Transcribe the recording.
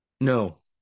No